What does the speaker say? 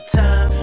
time